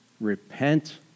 Repent